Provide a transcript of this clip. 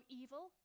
evil